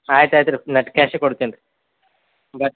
ಆಯ್ತು ಆಯ್ತು ರೀ ನಟ್ ಕ್ಯಾಶೇ ಕೊಡ್ತೀನಿ ಬರ್ರಿ